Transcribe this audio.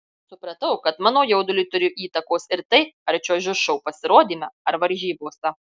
supratau kad mano jauduliui turi įtakos ir tai ar čiuožiu šou pasirodyme ar varžybose